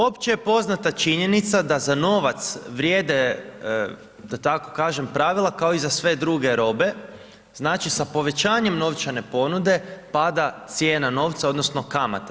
Opće je poznata činjenica da za novac vrijede da tako kažem pravila, kao i za sve druge robe, znači sa povećanjem novčane ponude pada cijena novca, odnosno kamata.